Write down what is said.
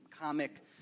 comic